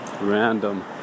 random